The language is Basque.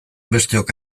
besteok